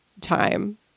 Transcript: time